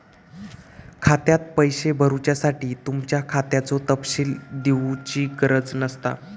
खात्यात पैशे भरुच्यासाठी तुमच्या खात्याचो तपशील दिवची गरज नसता